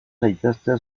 zaitezte